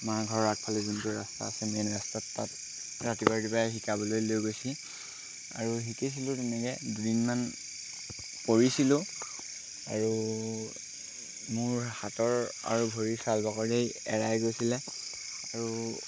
আমাৰ ঘৰ আগফালে যোনটো ৰাস্তা আছে মেইন ৰাস্তাত তাত ৰাতিপুৱাই ৰাতিপুৱাই শিকাবলৈ লৈ গৈছে আৰু শিকিছিলোঁ তেনেকৈ দুদিনমান পৰিছিলোঁ আৰু মোৰ হাতৰ আৰু ভৰিৰ চাল বাকলি এৰাই গৈছিলে আৰু